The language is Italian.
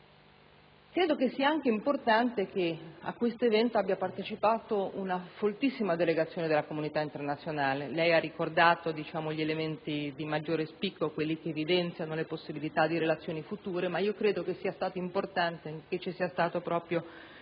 Credo che sia anche importante che a questo evento abbia partecipato una foltissima delegazione della comunità internazionale; lei, signor Ministro, ha ricordato gli elementi di maggiore spicco, quelli che evidenziano le possibilità di relazioni future, ma io credo che sia stata importante proprio